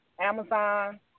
Amazon